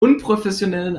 unprofessionellen